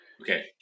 Okay